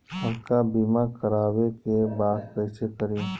हमका बीमा करावे के बा कईसे करी?